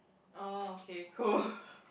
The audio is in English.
orh okay cool